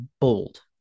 bold